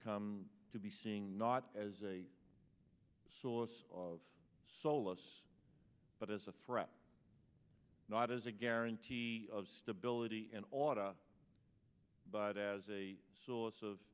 come to be seeing not as a source of solace but as a threat not as a guarantee of stability and auda but as a source of